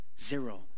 Zero